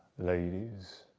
ladies.